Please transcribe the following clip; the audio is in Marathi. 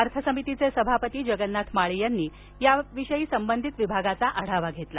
अर्थ समितीचे सभापती जगन्नाथ माळी यांनी संबंधित विभागाचा आढावा घेतला